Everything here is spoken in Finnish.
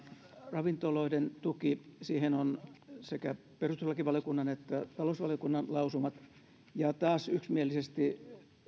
ravintoloiden tuki siihen on sekä perustuslakivaliokunnan että talousvaliokunnan lausumat taas yksimielisesti